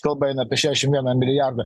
kalba eina apie šešiasdešim vieną milijardą